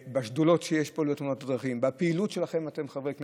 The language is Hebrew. לשדולות שיש פה, לפעילות שלכם, חברי הכנסת.